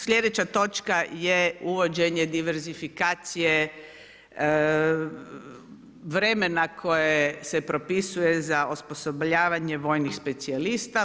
Sljedeća točka je uvođenje diverzifikacije vremena koje se propisuje za osposobljavanje vojnih specijalista.